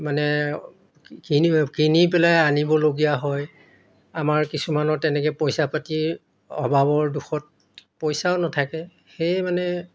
মানে কিনিব কিনি পেলাই আনিবলগীয়া হয় আমাৰ কিছুমানৰ তেনেকে পইচা পাতিৰ অভাৱৰ দুখত পইচাও নাথাকে সেয়ে মানে